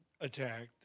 attacked